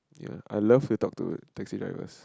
ya I love to talk to taxi drivers